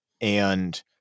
And-